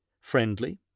Friendly